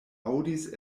aŭdis